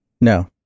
No